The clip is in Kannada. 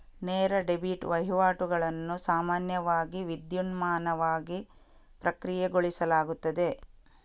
ನೇರ ಡೆಬಿಟ್ ವಹಿವಾಟುಗಳನ್ನು ಸಾಮಾನ್ಯವಾಗಿ ವಿದ್ಯುನ್ಮಾನವಾಗಿ ಪ್ರಕ್ರಿಯೆಗೊಳಿಸಲಾಗುತ್ತದೆ